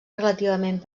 relativament